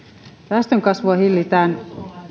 väestönkasvua hillitään